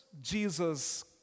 Jesus